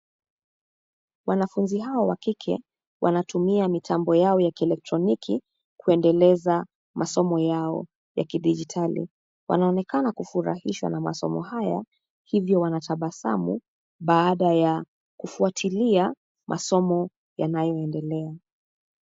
Wanafunzi hawa wa kike wanatumia mitambo yao ya kieletroniki kuendeleza masomo yao ya kidijitali. Wanaonekana kufurahishwa na masomo haya hivyo wanatabasamu baada ya kufuatilia masomo yanayoendelea.